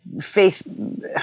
faith